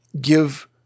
give